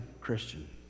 Christian